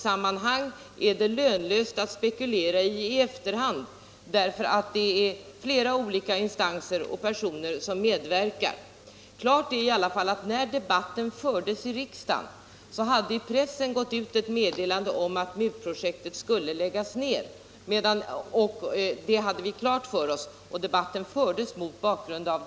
Det är lönlöst att i efterhand spekulera över sådana orsakssammanhang, eftersom det är flera olika instanser och personer som medverkar. Klart är i alla fall att det före debatten i riksdagen hade gått ut ett meddelande till pressen om att MUT-projektet skulle läggas ned. Det hade vi klart för oss, och debatten fördes mot den bakgrunden.